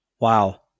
Wow